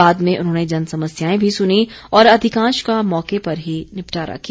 बाद में उन्होंने जनसमस्याएं भी सुनीं और अधिकांश का मौके पर ही निपटारा किया